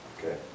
okay